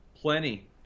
Plenty